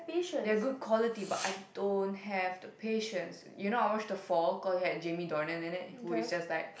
they are good quality but I don't have the patience you know I watch the fall cause it had Jamie-Doner in it who is just like